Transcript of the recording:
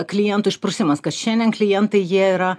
klientų išprusimas kad šiandien klientai jie yra